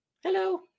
Hello